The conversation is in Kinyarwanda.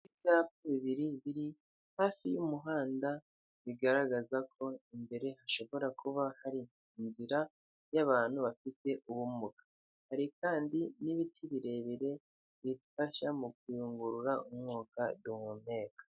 Ibyapa bibiri biri hafi y'umuhanda bigaragaza ko imbere hashobora kuba hari inzira y'abantu bafite ubumuga, hari kandi n'ibiti birebire bidufasha mu kuyungurura umwuka duhumeka.